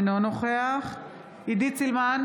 אינו נוכח עידית סילמן,